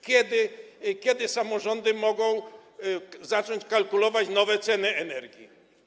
Kiedy samorządy mogą zacząć kalkulować nowe ceny energii?